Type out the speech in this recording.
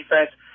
defense